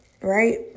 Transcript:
right